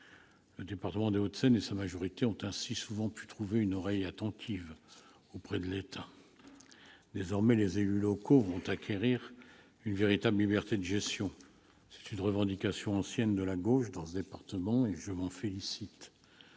Le département des Hauts-de-Seine et sa majorité ont ainsi souvent pu trouver une oreille attentive auprès de l'État. Désormais les élus locaux vont acquérir une véritable liberté de gestion. C'est une revendication ancienne de la gauche dans ce département, et je m'en félicite,